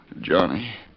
Johnny